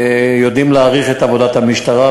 יודעים להעריך את עבודת המשטרה,